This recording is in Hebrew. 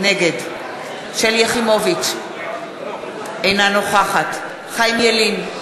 נגד שלי יחימוביץ, אינה נוכחת חיים ילין,